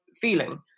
feeling